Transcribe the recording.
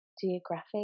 geographic